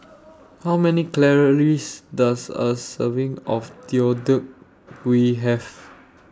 How Many Calories Does A Serving of Deodeok Gui Have